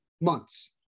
months